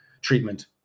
treatment